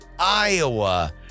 Iowa